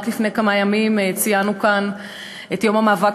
רק לפני כמה ימים ציינו כאן את יום המאבק